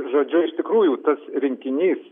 žodžiu iš tikrųjų tas rinkinys